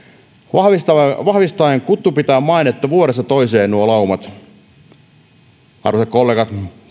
vahvistaen kuttupitäjän mainetta vuodesta toiseen arvoisat kollegat